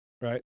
right